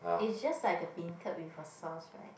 it's just like a beancurd with a sauce right